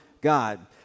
God